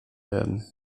werden